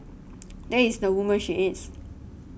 that is the woman she is